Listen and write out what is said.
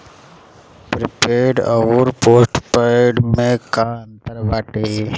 Prepaid अउर postpaid में का अंतर बाटे?